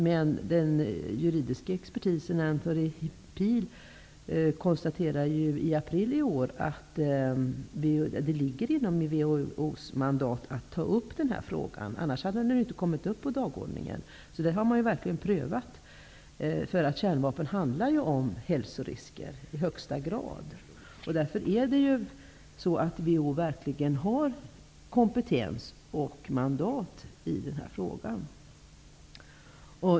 Men den juridiska experten, Anthony Pearse, konstaterade i april i år att det ligger inom WHO:s mandat att ta upp den här frågan, annars hade den inte tagits upp på dagordningen. Så den frågan har verkligen prövats. Kärnvapen handlar ju i högsta grad om hälsorisker. Därför har WHO verkligen kompetens och mandat i den här frågan.